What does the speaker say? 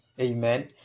Amen